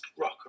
rock